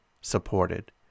supported